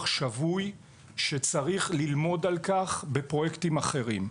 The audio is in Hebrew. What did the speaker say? שבוי שצריך ללמוד על כך בפרויקטים אחרים.